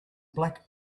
black